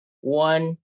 One